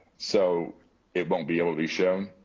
so it won't be able to be shown?